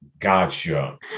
Gotcha